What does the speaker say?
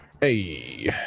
hey